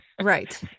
Right